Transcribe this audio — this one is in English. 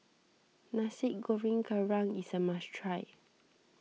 Nasi Goreng Kerang is a must try